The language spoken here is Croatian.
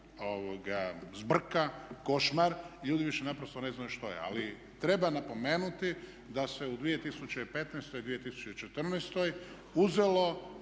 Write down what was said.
zbrka, košmar i ljudi više naprosto ne znaju što je. Ali treba napomenuti da se u 2015. i 2014. uzelo